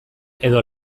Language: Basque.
edo